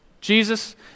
Jesus